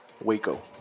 Waco